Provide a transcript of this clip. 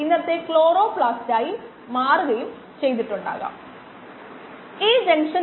5 0